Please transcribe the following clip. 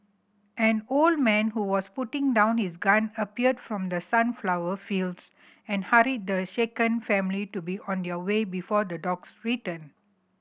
an old man who was putting down his gun appeared from the sunflower fields and hurried the shaken family to be on their way before the dogs return